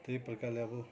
त्यही प्रकारले अब